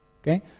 okay